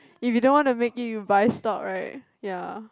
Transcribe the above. if you don't wanna make it you buy stock right ya